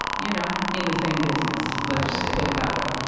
you know, in the same business. let's just put it that way.